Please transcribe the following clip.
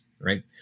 right